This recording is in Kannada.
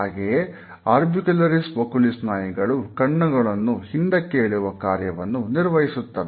ಹಾಗೆಯೇ ಆರ್ಬಿಕ್ಯುಲರಿಸ್ ಒಕುಲಿ ಸ್ನಾಯುಗಳು ಕಣ್ಣುಗಳನ್ನು ಹಿಂದಕ್ಕೆ ಎಳೆಯುವ ಕಾರ್ಯವನ್ನು ನಿರ್ವಹಿಸುತ್ತವೆ